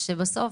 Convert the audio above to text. בסוף,